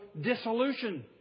dissolution